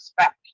respect